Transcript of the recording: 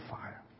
fire